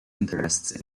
interests